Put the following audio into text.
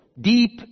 deep